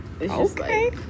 Okay